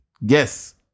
Yes